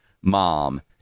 mom